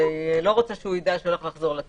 והיא לא רוצה שהוא ידע שהולך לחזור לה שיק.